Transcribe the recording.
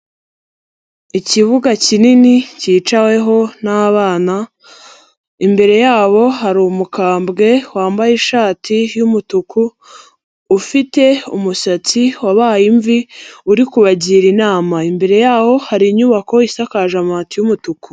Ikibuga kinini kicaweho n'abana imbere yabo hari umukambwe wambaye ishati y'umutuku ufite umusatsi wabaye imvi uri kubagira inama, imbere yaho hari inyubako isakaje amabati y'umutuku.